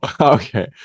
okay